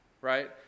right